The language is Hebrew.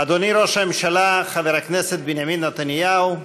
אדוני ראש הממשלה חבר הכנסת בנימין נתניהו,